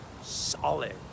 Solid